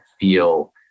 feel